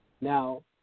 Now